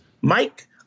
Mike